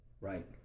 Right